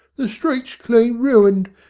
the street's clean ruined.